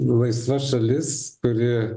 laisva šalis kuri